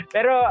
Pero